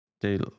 de